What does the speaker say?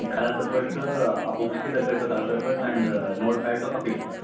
and colour papers ఆ బుక్స్కు తగ్గట్టు కలర్ పేపర్స్ అండ్ నోట్ప్యాడ్స్ ఒక ఫిఫ్టీ